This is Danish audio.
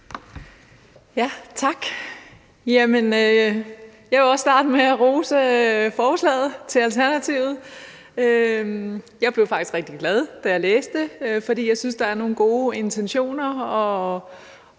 Tak. Jeg vil også starte med at rose Alternativet for forslaget. Jeg blev faktisk rigtig glad, da jeg læste det, fordi jeg synes, der er nogle gode intentioner, og